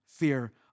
Fear